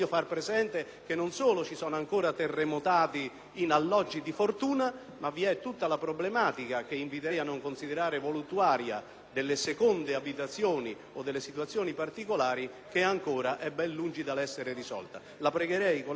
delle seconde abitazioni o delle situazioni particolari che è ancora ben lungi dall'essere risolta. Pregherei pertanto la collega Fioroni e gli altri firmatari di evitare una bocciatura, che sarebbe contraria agli intendimenti dell'Assemblea e credo anche del Governo, oltre che nostri,